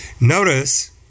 Notice